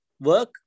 work